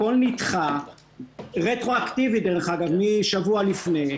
הכול נדחה רטרואקטיבית, דרך אגב, משבוע לפני,